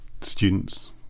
students